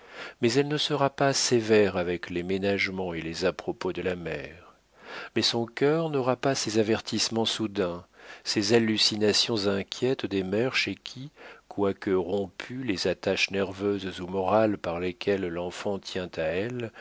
mais elle ne sera pas sévère avec les ménagements et les à-propos de la mère mais son cœur n'aura pas ces avertissements soudains ces hallucinations inquiètes des mères chez qui quoique rompues les attaches nerveuses ou morales par lesquelles l'enfant tient à elles